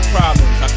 Problems